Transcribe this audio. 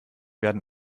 werden